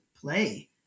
play